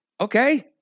Okay